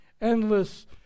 endless